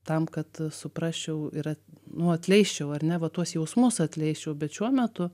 tam kad suprasčiau ir nu atleisčiau ar ne va tuos jausmus atleisčiau bet šiuo metu